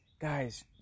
Guys